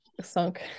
sunk